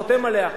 חותם עליה.